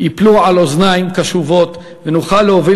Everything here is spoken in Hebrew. אני מקווה שהדברים ייפלו על אוזניים קשובות ונוכל להוביל